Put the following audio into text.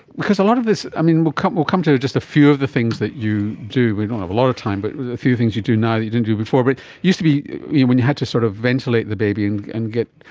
because a lot of this, i mean, we'll come we'll come to to just a few of the things that you do, we don't have a lot of time, but a few things you do now that you didn't do before, but it used to be when you had to sort of ventilate the baby and and get,